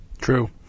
True